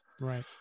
Right